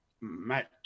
Matt